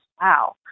Wow